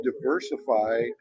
diversify